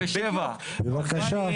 בבקשה.